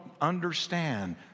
understand